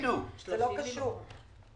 זה לא קשור.